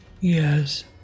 Yes